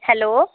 hello